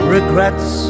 Regrets